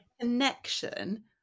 connection